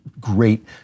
great